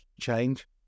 change